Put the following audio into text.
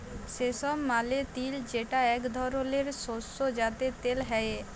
সেসম মালে তিল যেটা এক ধরলের শস্য যাতে তেল হ্যয়ে